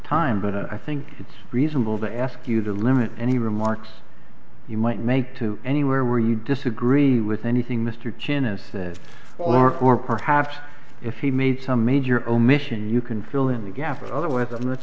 time but i think it's reasonable to ask you to limit any remarks you might make to anywhere where you disagree with anything mr jinnah says or or perhaps if he made some major omission you can fill in the gaffe or otherwise i'm not